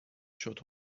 شتر